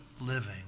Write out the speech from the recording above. living